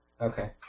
Okay